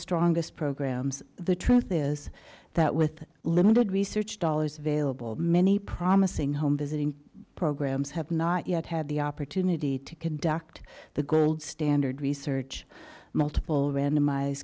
strongest programs the truth is that with limited research dollars available many promising home visiting programs have not yet had the opportunity to conduct the gold standard research multiple randomize